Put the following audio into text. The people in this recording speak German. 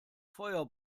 feuer